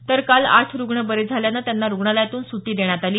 तर काल आठ रुग्ण बरे झाल्यानं त्यांना रुग्णालयातून सुटी देण्यात आली